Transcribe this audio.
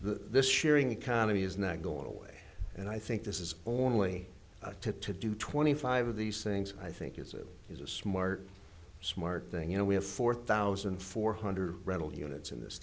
this sharing economy is not going away and i think this is only a tip to do twenty five of these things i think it is a smart smart thing you know we have four thousand four hundred rental units in this